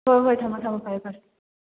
ꯍꯣꯏ ꯍꯣꯏ ꯊꯝꯃꯣ ꯊꯝꯃꯣ ꯐꯔꯦ ꯐꯔꯦ